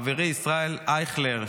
חברי ישראל אייכלר,